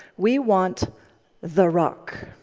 we want the rock.